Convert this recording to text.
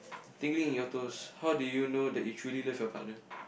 tingling in your toes how do you know that you truly love your partner